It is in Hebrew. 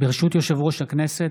ברשות יושב-ראש הכנסת,